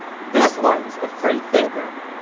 this one's a free thinker!